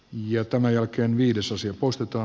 jo tämän jälkeen viidesosa osteta